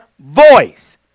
voice